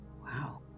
Wow